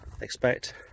Expect